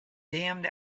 damned